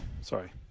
sorry